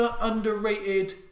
underrated